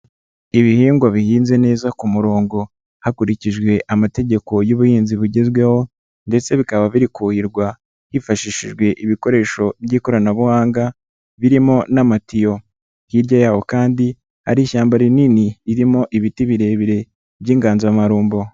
Ibihingwa bihinze neza ku murongo hakurikijwe amategeko y'ubuhinzi bugezweho ndetse bikaba birikuhirwa hifashishijwe ibikoresho by'ikoranabuhanga birimo n'amatiyo, hirya yawo kandi hari ishyamba rinini rimo ibiti birebire by'inganzamarumbo.